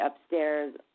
upstairs